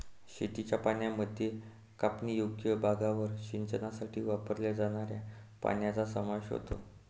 शेतीच्या पाण्यामध्ये कापणीयोग्य भागावर सिंचनासाठी वापरल्या जाणाऱ्या पाण्याचा समावेश होतो